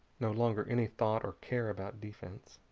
no longer any thought or care about defense.